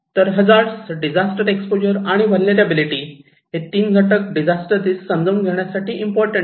तर hazard disaster exposure आणि vulnerability हे 3 घटक डिझास्टर रिस्क समजून घेण्यासाठी इम्पॉर्टंट आहे